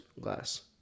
glass